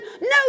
No